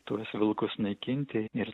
tuos vilkus naikinti ir